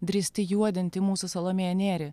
drįsti juodinti mūsų salomėją nėrį